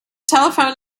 telephone